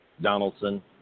Donaldson